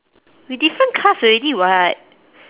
we different class already [what]